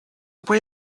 why